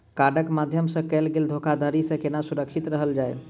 कार्डक माध्यम सँ कैल गेल धोखाधड़ी सँ केना सुरक्षित रहल जाए?